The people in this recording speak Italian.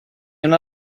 una